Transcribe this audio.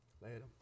Later